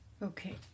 Okay